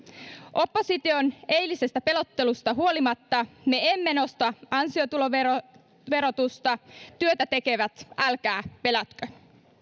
opposition eilisestä pelottelusta huolimatta me emme nosta ansiotuloverotusta työtä tekevät älkää pelätkö